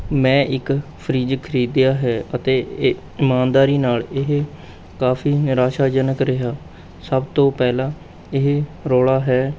ਮੈਂ ਇੱਕ ਫਰਿੱਜ ਖਰੀਦਿਆ ਹੈ ਅਤੇ ਇਮਾਨਦਾਰੀ ਨਾਲ਼ ਇਹ ਕਾਫ਼ੀ ਨਿਰਾਸ਼ਾਜਨਕ ਰਿਹਾ ਸਭ ਤੋਂ ਪਹਿਲਾਂ ਇਹ ਰੌਲ਼ਾ ਹੈ